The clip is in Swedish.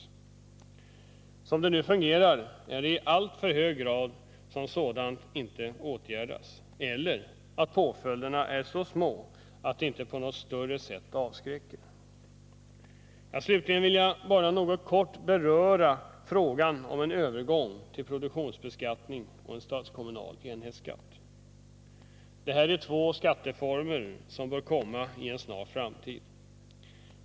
Som det nu fungerar är det alltför ofta som sådant inte åtgärdas. Eller också är påföljderna så små att det inte avskräcker i någon högre grad. Slutligen vill jag bara kort beröra frågan om en övergång till produktionsbeskattning och en statskommunal enhetsskatt. Det här är två skatteformer som bör införas i en snar framtid.